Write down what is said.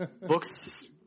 Books